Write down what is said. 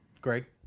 Greg